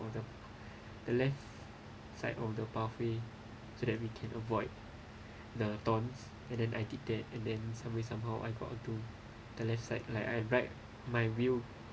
on the the left side of the pathway so that we can avoid the tones and then I did that and then somebody somehow I got onto the left side like I ride my wheel